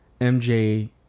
MJ